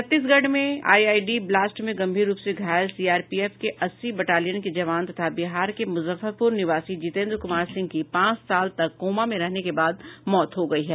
छत्तीसगढ़ में IED blast में गंभीर रूप से घायल सीआरपीएफ के अस्सी बटालियन के जवान तथा बिहार के मुजफ्फरपुर निवासी जितेन्द्र कुमार सिंह की पांच साल तक कौमा में रहने के बाद मौत हो गयी है